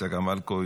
צגה מלקו,